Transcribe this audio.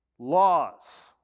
Laws